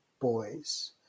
boys